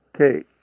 Okay